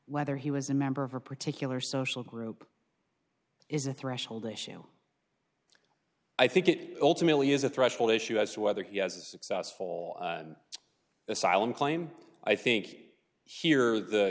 whether he was a member of a particular social group is a threshold issue i think it ultimately is a threshold issue as to whether he has a successful asylum claim i think here the